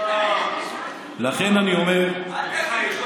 אל תגיד.